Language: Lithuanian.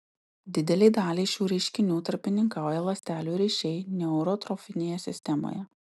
didelei daliai šių reiškinių tarpininkauja ląstelių ryšiai neurotrofinėje sistemoje